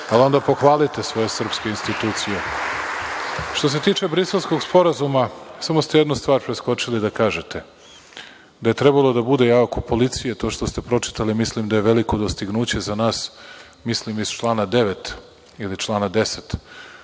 Onda pohvalite sve srpske institucije. Što se tiče Briselskog sporazuma, samo ste jednu stvar preskočili da kažete, da je trebalo da bude, ja oko policije to što ste pročitali mislim da je veliko dostignuće za nas, mislim iz člana 9. ili člana 10.